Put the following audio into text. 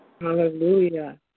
Hallelujah